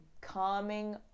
calming